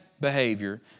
behavior